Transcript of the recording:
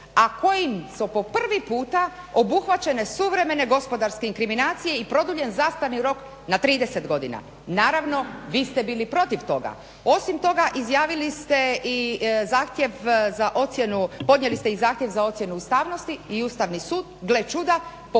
a kojim su po prvi puta obuhvaćene suvremene gospodarske inkriminacije i produljen zastarni rok na 30 godina. Naravno, vi ste bili protiv toga. Osim toga izjavili ste i zahtjev za ocjenu, podnijeli ste i zahtjev za